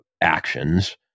actions